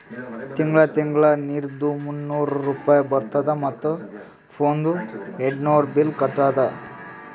ತಿಂಗಳ ತಿಂಗಳಾ ನೀರ್ದು ಮೂನ್ನೂರ್ ರೂಪೆ ಬರ್ತುದ ಮತ್ತ ಫೋನ್ದು ಏರ್ಡ್ನೂರ್ ಬಿಲ್ ಕಟ್ಟುದ